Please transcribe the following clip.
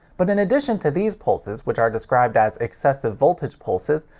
but in addition to these pulses, which are described as excessive voltage pulses,